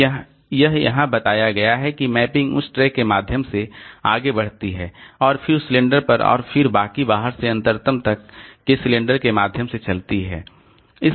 तो यह यहाँ बताया गया है कि मैपिंग उस ट्रैक के माध्यम से आगे बढ़ती है और फिर उस सिलेंडर पर और फिर बाकी बाहरी से अंतरतम तक के सिलेंडर के माध्यम से से चलती है